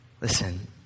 Listen